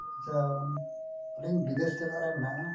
ᱟᱪᱪᱷᱟ ᱟᱹᱞᱤᱧ ᱵᱤᱫᱮᱥ ᱪᱟᱞᱟᱜ ᱨᱮᱱᱟᱜ ᱢᱮᱱᱟᱜᱼᱟ